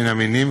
בין המינים,